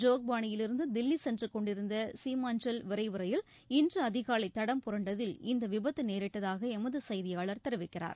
ஜோக்பானியிலிருந்து தில்லி சென்று கொண்டிருந்த சிமாஞ்சல் விரைவு ரயில் இன்று அதிகாலை தடம் புரண்டதில் இந்த விபத்து நேரிட்டதாக எமது செய்தியாளர் தெரிவிக்கிறார்